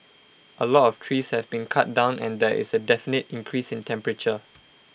A lot of trees have been cut down and there is A definite increase in temperature